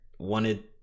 wanted